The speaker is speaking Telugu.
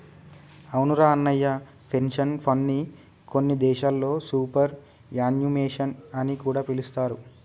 అవునురా అన్నయ్య పెన్షన్ ఫండ్ని కొన్ని దేశాల్లో సూపర్ యాన్యుమేషన్ అని కూడా పిలుస్తారు